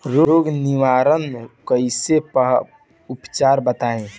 रोग निवारन कोई उपचार बताई?